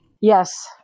Yes